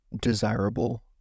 desirable